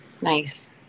Nice